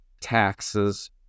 taxes